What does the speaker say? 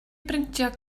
brintio